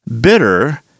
bitter